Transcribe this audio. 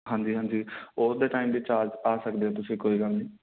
ਹਾਂਜੀ ਹਾਂਜੀ ਉਸ ਦੇ ਟਾਈਮ ਦੇ ਵਿੱਚ ਆ ਸਕਦੇ ਹੋ ਤੁਸੀਂ ਕੋਈ ਗੱਲ ਨਹੀਂ